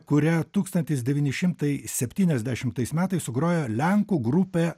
kurią tūkstantis devyni šimtai septyniasdešimtais metais sugrojo lenkų grupė